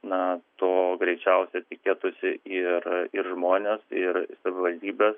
na to greičiausiai tikėtųsi ir ir žmonės ir savivaldybės